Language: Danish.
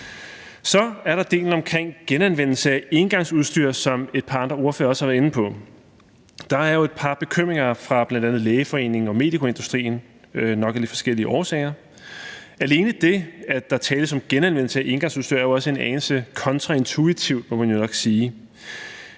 Så er der delen omkring genanvendelse af engangsudstyr, som et par andre ordførere også har været inde på. Der er jo et par bekymringer fra bl.a. Lægeforeningen og medikoindustrien – nok af lidt forskellige årsager. Alene det, at der tales om genanvendelse af engangsudstyr, er jo også en anelse kontraintuitivt, må man nok sige.